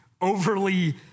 overly